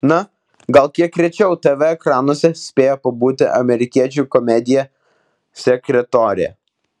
na gal kiek rečiau tv ekranuose spėjo pabūti amerikiečių komedija sekretorė